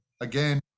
Again